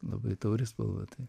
labai tauri spalva tai